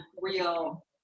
real